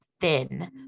thin